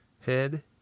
head